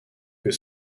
que